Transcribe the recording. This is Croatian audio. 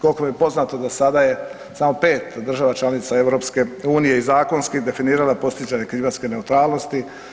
Koliko mi je poznato do sada je samo 5 država članica EU i zakonski definiralo postizanje klimatske neutralnosti.